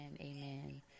Amen